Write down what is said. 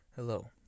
Hello